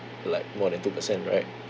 like more than two percent right